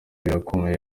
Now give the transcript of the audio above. birakomeye